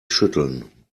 schütteln